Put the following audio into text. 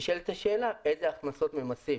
נשאלת השאלה אילו הכנסות ממסים.